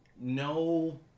no